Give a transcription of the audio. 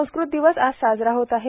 संस्कृत दिवस आज साजरा होत आहे